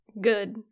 good